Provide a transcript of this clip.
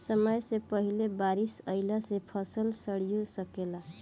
समय से पहिले बारिस अइला से फसल सडिओ सकेला